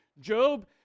Job